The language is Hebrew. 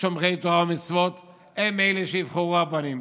שומרי תורה ומצוות הם אלה שיבחרו רבנים.